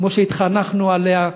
כמו שהתחנכנו עליה,